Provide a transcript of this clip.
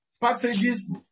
passages